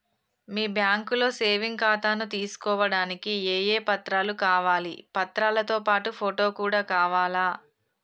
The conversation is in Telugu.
మీ బ్యాంకులో సేవింగ్ ఖాతాను తీసుకోవడానికి ఏ ఏ పత్రాలు కావాలి పత్రాలతో పాటు ఫోటో కూడా కావాలా?